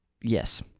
Yes